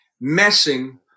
messing